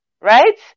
right